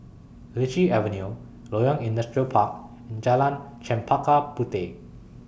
Lichi Avenue Loyang Industrial Park and Jalan Chempaka Puteh